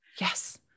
Yes